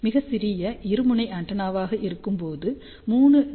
மிகச் சிறிய இருமுனை ஆண்டெனாவாக இருக்கும்போது 3 டி